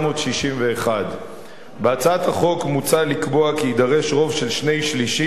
התשכ"א 1961. בהצעת החוק מוצע לקבוע כי יידרש רוב של שני-שלישים